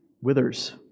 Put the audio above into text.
withers